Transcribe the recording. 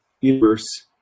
universe